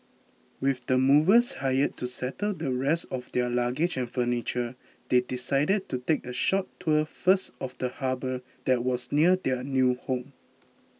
with the movers hired to settle the rest of their luggage and furniture they decided to take a short tour first of the harbour that was near their new home